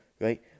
Right